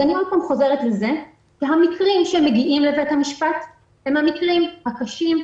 ואני חוזרת ואומרת שהמקרים שמגיעים לבית המשפט הם המקרים הקשים,